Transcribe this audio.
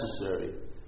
necessary